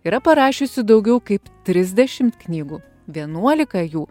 yra parašiusi daugiau kaip trisdešimt knygų vienuolika jų